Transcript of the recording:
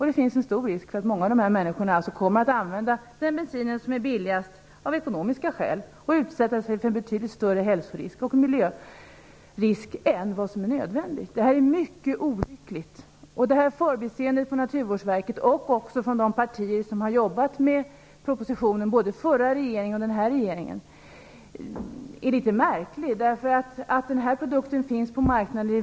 Det finns en stor risk för att många av dessa människor kommer att använda den bensin som är billigast av ekonomiska skäl och utsätta sig för en betydligt större hälsorisk och miljörisk än vad som är nödvändigt. Det är mycket olyckligt. Förbiseendet från Naturvårdsverket och från de partier som har jobbat med propositionen - både förra regeringen och denna regering - är litet märkligt. Det är väl känt att denna produkt finns på marknaden.